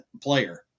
player